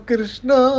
Krishna